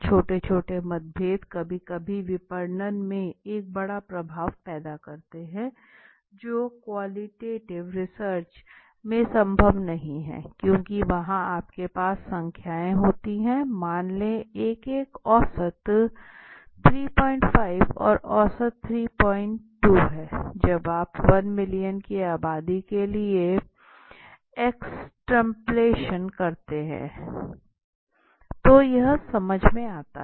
छोटे छोटे मतभेद कभी कभी विपणन में एक बड़ा प्रभाव पैदा कर सकते हैं जो क्वांटिटेटिव रिसर्च में संभव नहीं है क्यूंकि वहां आपके पास संख्याएं होती हैं मान लें एक एक औसत ३५ और औसत ३२ है जब आप १ मिलियन की आबादी के लिए एक्सट्रपलेशन करते हैं तो यह समझ में आता है